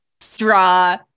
straw